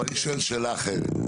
אני שואל שאלה אחרת.